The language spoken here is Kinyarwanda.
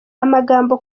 amagambo